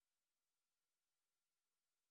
6 באפריל 2020. נתחיל בהצעות לסדר.